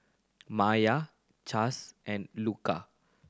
Myah Chace and Luka